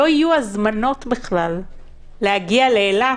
שלא יהיו הזמנות בכלל להגיע לאילת